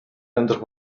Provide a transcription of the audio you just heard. амьдрах